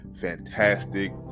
fantastic